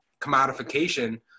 commodification